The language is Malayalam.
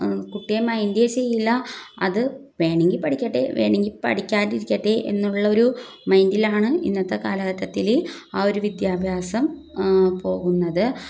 കുട്ടിയെ മൈൻ്റെ ചെയ്യില്ല അത് വേണമെങ്കിൽ പഠിക്കട്ടെ വേണമെങ്കിൽ പഠിക്കാതിരിക്കട്ടെ എന്നുള്ളൊരു മൈൻഡിലാണ് ഇന്നത്തെ കാലഘട്ടത്തിൽ ആ ഒരു വിദ്യാഭ്യാസം പോകുന്നത്